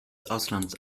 ausland